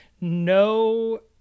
no